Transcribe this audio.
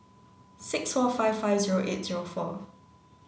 six four five five zero eight zero four